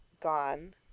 gone